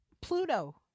pluto